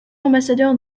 ambassadeur